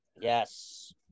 Yes